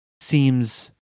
seems